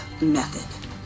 method